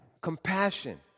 Compassion